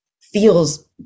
feels